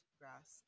grass